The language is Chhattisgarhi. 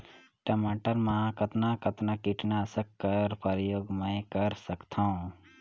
टमाटर म कतना कतना कीटनाशक कर प्रयोग मै कर सकथव?